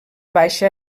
baixa